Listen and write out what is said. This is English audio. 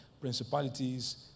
principalities